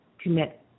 commit